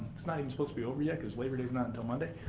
it's not even supposed to be over yet cause labor day's not until monday.